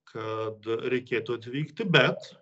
kad reikėtų atvykti bet